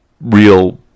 real